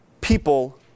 people